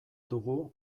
dugu